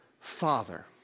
father